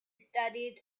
studied